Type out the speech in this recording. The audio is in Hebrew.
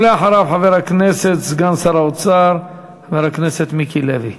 ואחריו, חבר הכנסת סגן שר האוצר מיקי לוי,